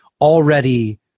already